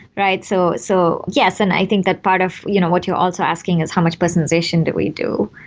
right? so so yes and i think that part of you know what you're also asking is how much personalization do we do.